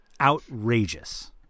Outrageous